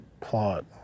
plot